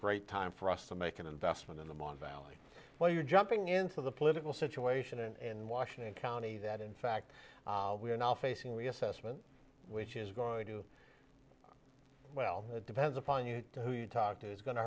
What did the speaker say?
great time for us to make an investment in the mon valley while you're jumping into the political situation in washington county that in fact we are now facing reassessment which is going to well it depends upon you who you talk to is going to